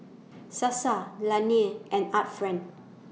Sasa Laneige and Art Friend